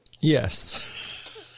Yes